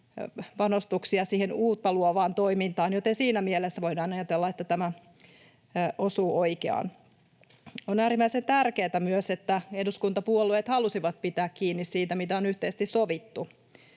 panostuksia siihen uutta luovaan toimintaan, joten siinä mielessä voidaan ajatella, että tämä osuu oikeaan. On äärimmäisen tärkeätä myös, että eduskuntapuolueet halusivat pitää kiinni siitä, mitä on yhteisesti sovittu.